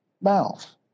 mouth